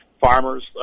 farmers